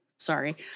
Sorry